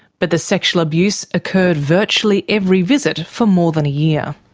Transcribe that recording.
but the sexual abuse occurred virtually every visit for more than a year.